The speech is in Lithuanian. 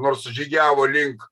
nors žygiavo link